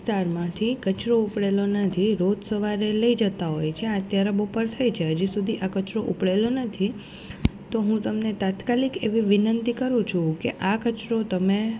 વિસ્તારમાંથી કચરો ઉપડેલો નથી રોજ સવારે લઈ જતા હોય છે અત્યારે બપોર થઈ છે હજુ સુધી આ કચરો ઉપડેલો નથી તો હું તમને તાત્કાલિક એવી વિનંતી કરું છું કે આ કચરો તમે